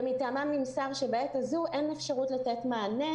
ומטעמם נמסר שבעת הזו אין אפשרות לתת מענה,